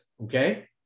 Okay